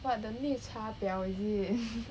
what the 绿茶婊 is is